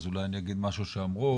אז אולי אני אגיד משהו שאמרו,